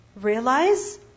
realize